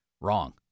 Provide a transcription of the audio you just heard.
wrong